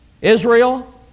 Israel